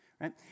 Right